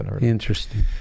Interesting